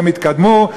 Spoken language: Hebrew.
היא התקדמה,